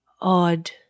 odd